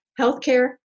Healthcare